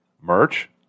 Merch